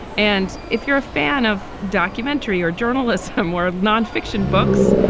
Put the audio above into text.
and if you're a fan of documentary or journalists, more non-fiction books,